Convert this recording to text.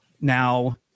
Now